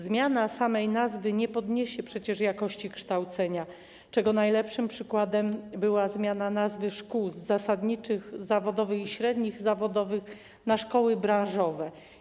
Zmiana samej nazwy nie podniesie przecież jakości kształcenia, czego najlepszym przykładem była zmiana nazwy szkół zasadniczych, zawodowych i średnich zawodowych na szkoły branżowe.